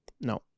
No